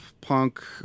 punk